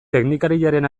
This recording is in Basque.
teknikariaren